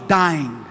dying